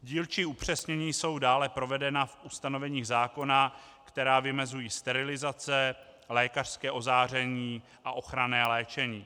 Dílčí upřesnění jsou dále provedena v ustanoveních zákona, která vymezují sterilizace, lékařské ozáření a ochranné léčení.